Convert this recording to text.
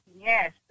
Yes